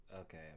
Okay